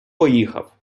поїхав